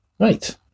Right